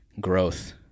growth